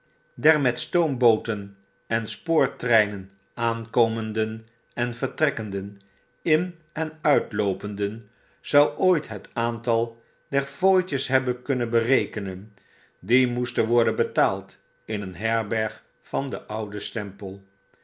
met stoombooten en spoortreinen aankomenden en vertrekkenden in en uitloopenden zou ooit het aantal der fooitjes hebben kunnen berekenen die moesten worden betaald in een herberg van den ouden stempel